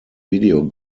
video